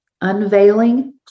unveiling